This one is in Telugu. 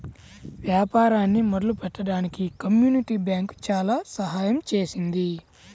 వ్యాపారాన్ని మొదలుపెట్టడానికి కమ్యూనిటీ బ్యాంకు చాలా సహాయం చేసింది